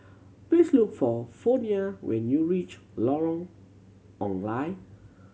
please look for Fronia when you reach Lorong Ong Lye